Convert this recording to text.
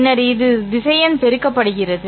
பின்னர் இது திசையன் பெருக்கப்படுகிறது